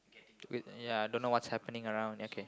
with ya don't know what's happening around okay